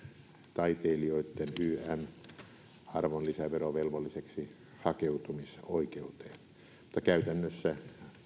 taiteilijoitten ynnä muuta arvonlisäverovelvolliseksi hakeutumisoikeuteen mutta käytännössä